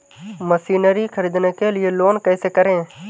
Machinery ख़रीदने के लिए लोन कैसे करें?